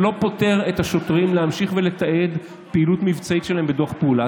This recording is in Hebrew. זה לא פוטר את השוטרים מלהמשיך ולתעד פעילות מבצעית שלהם בדוח פעולה.